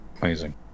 Amazing